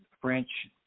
French